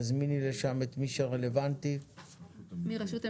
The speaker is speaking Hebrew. תזמיני לשם את מי שרלוונטי מרשות המסים.